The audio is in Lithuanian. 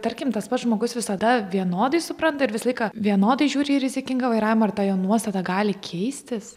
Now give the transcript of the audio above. tarkim tas pats žmogus visada vienodai supranta ir visą laiką vienodai žiūri į rizikingą vairavimą ir ta jo nuostata gali keistis